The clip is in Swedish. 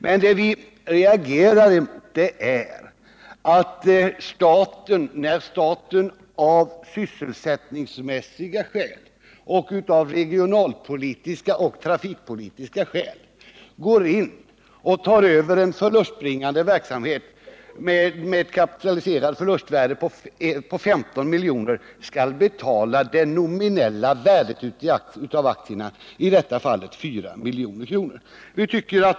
Men vad vi reagerar mot är att staten, när staten av sysselsättningsmässiga samt av regionalpolitiska och trafikpolitiska skäl går in och tar över en förlustbringande verksamhet med ett kapitaliserat förlustvärde på 15 milj.kr., skall betala det nominella värdet av aktierna, i detta fall 4 milj.kr.